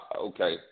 okay